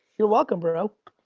you're welcome, bro.